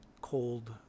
cold